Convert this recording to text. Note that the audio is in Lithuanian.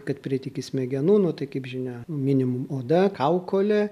kad prieiti iki smegenų nu tai kaip žinia minimum oda kaukolė